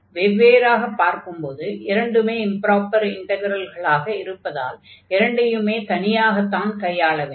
வெவ்வேறாகப் பார்க்கும்போது இரண்டுமே இம்ப்ராப்பர் இன்டக்ரல்களாக இருப்பதால் இரண்டையுமே தனியாகத்தான் கையாள வேண்டும்